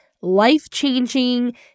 life-changing